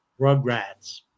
rugrats